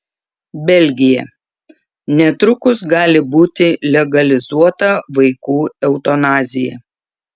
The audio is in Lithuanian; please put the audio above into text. belgija netrukus gali būti legalizuota vaikų eutanazija